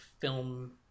film